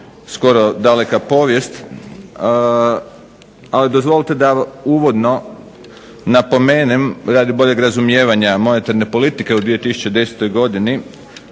skoro daleka povijest, ali dozvolite da uvodno napomenem radi boljeg razumijevanja monetarne politike u 2010. godini,